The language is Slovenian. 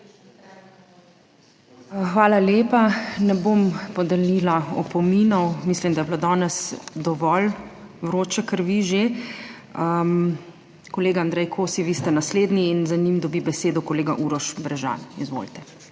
Hvala lepa, ne bom podelila opominov, mislim da je bilo danes dovolj vroče krvi že. Kolega Andrej Kosi, vi ste naslednji in za njim dobi besedo kolega Uroš Brežan. Izvolite.